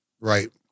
Right